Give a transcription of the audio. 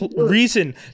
reason